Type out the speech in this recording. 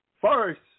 first